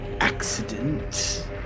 accident